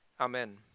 Amen